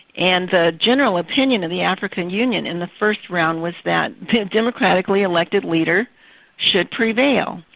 and the general opinion of the african union in the first round was that the democratically elected leader should prevail,